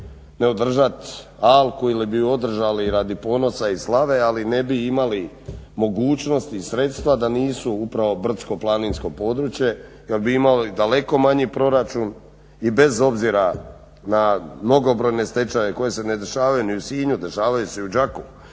ne održat alku ili bi je održali radi ponosa i slave, ali ne bi imali mogućnost i sredstva da nisu upravo brdsko-planinsko područje jer bi imali daleko manji proračun i bez obzira na mnogobrojne stečaje koji se ne dešavaju ni u Sinju, dešavaju se u Đakovu,